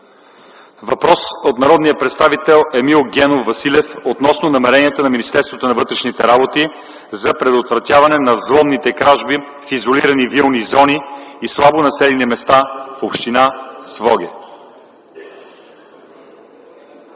Въпрос от народния представител Емил Генов Василев относно намеренията на Министерството на вътрешните работи за предотвратяване на взломните кражби в изолирани вилни зони и слабо населени места в община Своге.